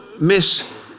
miss